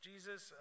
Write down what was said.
Jesus